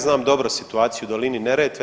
znam dobro situaciju u dolini Neretve.